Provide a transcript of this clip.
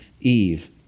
Eve